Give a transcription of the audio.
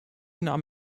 nahm